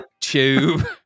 tube